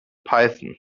python